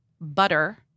butter